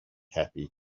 happy